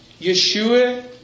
Yeshua